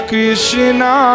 Krishna